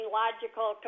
logical